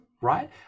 right